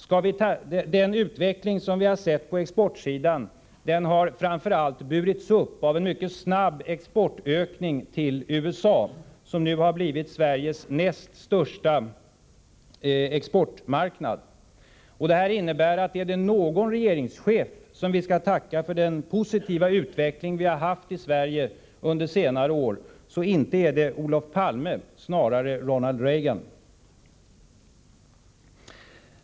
Den utveckling som vi sett på exportsidan har framför allt burits upp av en mycket snabb ökning av exporten till USA, som nu blivit Sveriges näst största exportmarknad. Detta innebär att är det någon regeringschef vi skall tacka för den positiva utveckling vi har haft i Sverige under senare år, så är det inte Olof Palme, snarare Ronald Reagan.